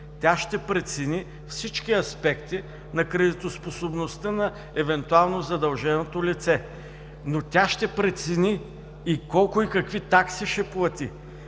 Тя ще прецени всички аспекти на кредитоспособността на евентуално задълженото лице, но тя ще прецени и колко и какви такси ще плати